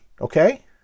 okay